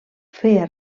feia